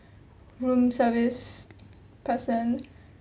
room service person